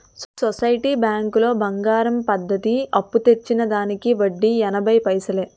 society బ్యాంకులో బంగారం పద్ధతి అప్పు తెచ్చిన దానికి వడ్డీ ఎనభై పైసలే